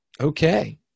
okay